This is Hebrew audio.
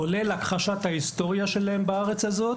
כולל הכחשת ההיסטוריה שלהם בארץ הזאת